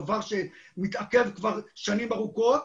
שזה דבר שמתעכב שנים ארוכות.